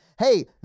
Hey